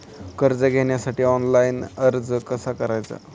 कर्ज घेण्यासाठी ऑनलाइन अर्ज कसा करायचा?